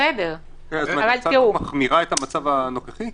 הצעת החוק מחמירה את המצב הנוכחי.